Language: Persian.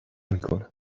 میکنه